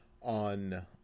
on